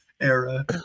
era